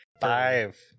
Five